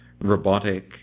robotic